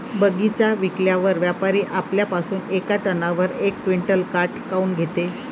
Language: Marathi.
बगीचा विकल्यावर व्यापारी आपल्या पासुन येका टनावर यक क्विंटल काट काऊन घेते?